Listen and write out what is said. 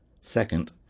Second